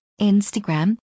Instagram